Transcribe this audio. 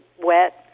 wet